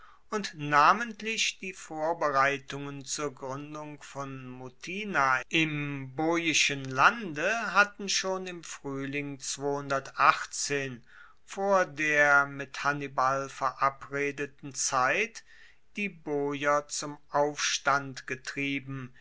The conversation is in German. und namentlich die vorbereitungen zur gruendung von mutina im boischen lande hatten schon im fruehling vor der mit hannibal verabredeten zeit die boier zum aufstand getrieben